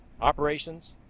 operations